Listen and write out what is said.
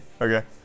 Okay